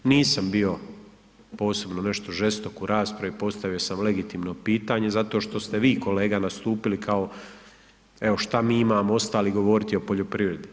Nisam bio posebno nešto žestok u raspravi, postavio sam legitimno pitanje zato što ste vi kolega nastupili kao, evo šta mi imamo ostali govoriti o poljoprivredi.